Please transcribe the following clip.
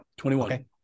21